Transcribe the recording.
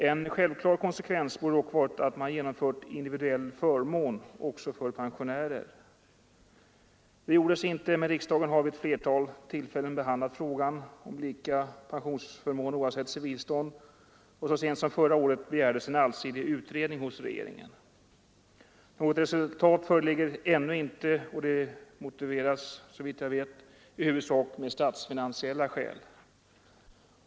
En självklar konsekvens borde dock ha varit att man genomfört individuell förmån också för pensionärer. Det gjorde man inte, men riksdagen har vid ett flertal tillfällen behandlat frågan om lika pensionsförmån oavsett civilstånd, och så sent som förra året begärdes en allsidig utredning hos regeringen. Något resultat föreligger ännu inte, och detta motiveras, såvitt jag vet, i huvudsak med statsfinansiella skäl.